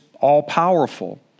all-powerful